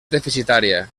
deficitària